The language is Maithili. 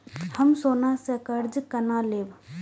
हम सोना से कर्जा केना लैब?